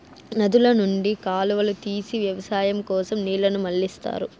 నదుల నుండి కాలువలు తీసి వ్యవసాయం కోసం నీళ్ళను మళ్ళిస్తారు